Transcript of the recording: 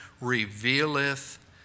revealeth